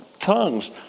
tongues